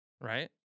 right